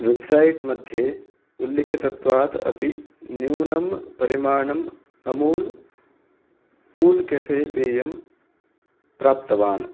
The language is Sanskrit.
वेब्सैट् मध्ये उल्लिखितत्वात् अपि न्यूनं परिमाणं अमूल् कूल् कफ़े पेयम् प्राप्तवान्